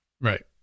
Right